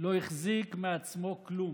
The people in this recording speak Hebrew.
לא החזיק מעצמו כלום.